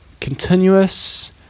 Continuous